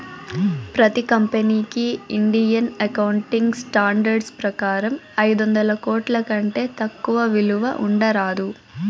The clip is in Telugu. ప్రతి కంపెనీకి ఇండియన్ అకౌంటింగ్ స్టాండర్డ్స్ ప్రకారం ఐదొందల కోట్ల కంటే తక్కువ విలువ ఉండరాదు